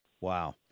Wow